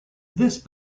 this